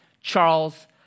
Charles